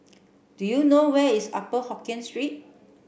do you know where is Upper Hokkien Street